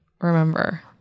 Remember